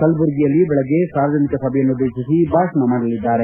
ಕಲಬುರಗಿಯಲ್ಲಿ ಬೆಳಿಗ್ಗೆ ಸಾರ್ವಜನಿಕ ಸಭೆಯನ್ನು ಉದ್ದೇತಿಸಿ ಭಾಷಣ ಮಾಡಲಿದ್ದಾರೆ